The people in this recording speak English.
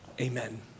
Amen